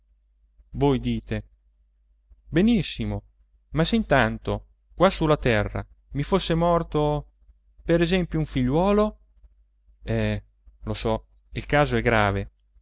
voi dite benissimo ma se intanto qua sulla terra mi fosse morto per esempio un figliuolo eh lo so il caso è grave